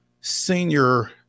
senior